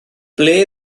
ble